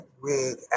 rig